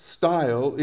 style